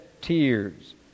tears